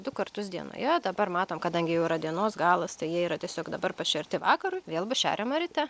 du kartus dienoje dabar matom kadangi jau yra dienos galas tai jie yra tiesiog dabar pašerti vakarui vėl bus šeriama ryte